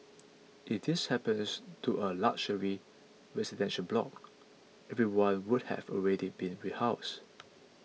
if this happens to a luxury residential block everyone would have already been rehoused